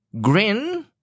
Grin